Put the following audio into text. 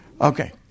okay